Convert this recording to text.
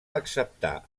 acceptà